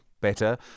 better